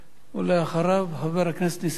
ואחריו, חבר הכנסת נסים זאב.